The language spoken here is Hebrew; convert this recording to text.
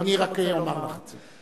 אני רק אומר לך את זה.